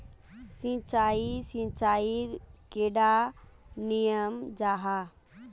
सिंचाई सिंचाईर कैडा नियम जाहा?